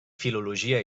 filologia